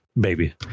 baby